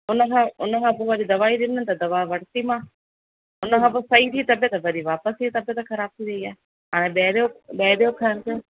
हुन खां हुन खां पोइ वरी दवा ॾिनई त दवा बि वरिती मां हुन खां पोइ सही थी तबियत वरी वापसि ई तबियत ख़राबु थी वेई आहे हाणे ॿाहिरियो ॿाहिरियों खाइण ते